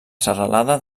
serralada